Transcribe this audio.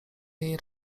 jej